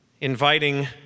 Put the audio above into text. inviting